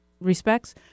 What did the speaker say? respects